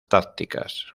tácticas